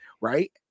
right